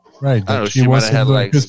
Right